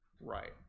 right